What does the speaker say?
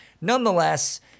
Nonetheless